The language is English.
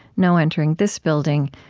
no entering this building,